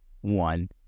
one